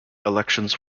elections